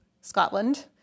Scotland